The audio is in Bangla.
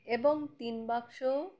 এবং তিন বাক্স